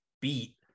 beat